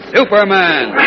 Superman